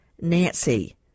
nancy